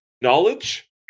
knowledge